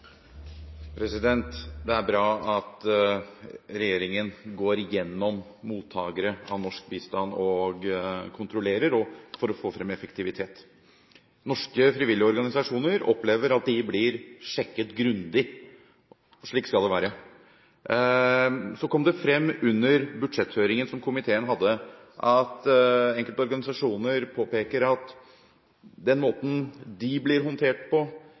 kontrollerer for å få frem effektivitet. Norske frivillige organisasjoner opplever at de blir sjekket grundig, og slik skal det være. Så kom det frem under budsjetthøringen som komiteen hadde, at enkelte organisasjoner påpeker at den måten som de blir håndtert på